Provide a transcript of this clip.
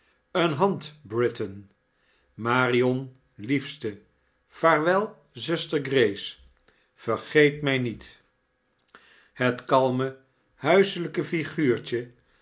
een hand britain marion liefste vaarwel zuster grace vergeet mij niet het kalme huiselijke figuuirtje